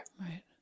Right